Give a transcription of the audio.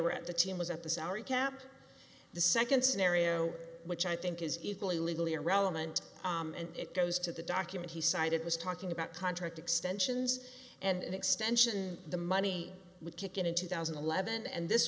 were at the team was at the salary cap the second scenario which i think is equally legally irrelevant and it goes to the document he cited was talking about contract extensions and extension the money would kick in in two thousand and eleven and this